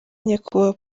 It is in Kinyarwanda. nyakubahwa